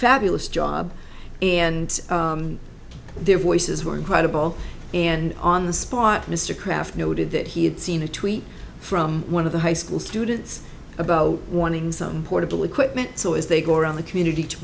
fabulous job and their voices were incredible and on the spot mr kraft noted that he had seen a tweet from one of the high school students about wanting some portable equipment so as they go around the community to